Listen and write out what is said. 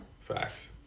facts